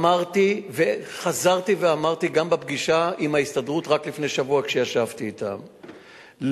אמרתי וחזרתי ואמרתי גם בפגישה עם ההסתדרות רק לפני שבוע כשישבתי אתם,